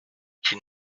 qui